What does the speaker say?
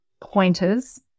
pointers